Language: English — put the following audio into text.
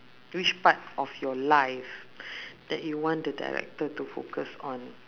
which part of your life that you want the director to focus on